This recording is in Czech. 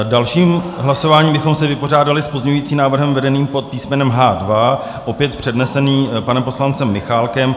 Dalším hlasováním bychom se vypořádali s pozměňujícím návrhem vedeným pod písmenem H2, opět předneseným panem poslancem Michálkem.